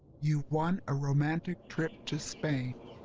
you've won a romantic trip to spain.